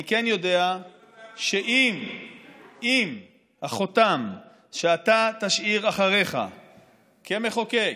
אני כן יודע שאם החותם שאתה תשאיר אחריך כמחוקק